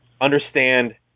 understand